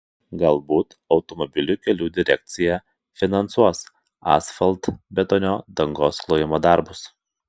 galbūt automobilių kelių direkcija finansuos asfaltbetonio dangos klojimo darbus